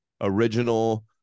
original